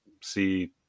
see